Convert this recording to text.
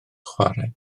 chwarae